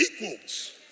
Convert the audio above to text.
equals